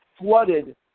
flooded